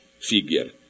figure